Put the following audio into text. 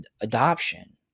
adoption